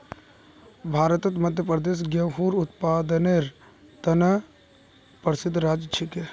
भारतत मध्य प्रदेश गेहूंर उत्पादनेर त न प्रसिद्ध राज्य छिके